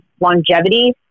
longevity